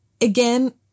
Again